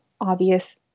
obvious